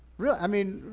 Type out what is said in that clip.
really, i mean,